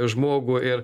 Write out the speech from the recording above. žmogų ir